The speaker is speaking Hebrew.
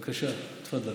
בבקשה, תפדל.